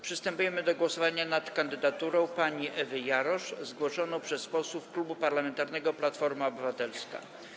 Przystępujemy do głosowania nad kandydaturą pani Ewy Jarosz zgłoszoną przez posłów Klubu Parlamentarnego Platforma Obywatelska.